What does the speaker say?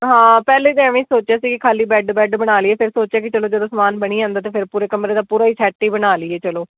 ਹਾਂ ਪਹਿਲੇ ਤਾਂ ਇਵੇਂ ਸੋਚਿਆ ਸੀ ਖਾਲੀ ਬੈਡ ਬੈੱਡ ਬਣਾ ਲਈਏ ਫਿਰ ਸੋਚਿਆ ਕਿ ਚਲੋ ਜਦੋਂ ਸਮਾਨ ਬਣੀ ਜਾਂਦਾ ਤਾਂ ਫਿਰ ਪੂਰੇ ਕਮਰੇ ਦਾ ਪੂਰਾ ਹੀ ਸੈਟ ਹੀ ਬਣਵਾ ਲਈਏ ਚਲੋ